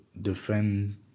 defend